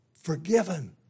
forgiven